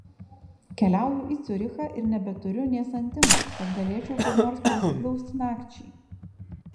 keliauju į ciurichą ir nebeturiu nė santimo kad galėčiau kur nors prisiglausti nakčiai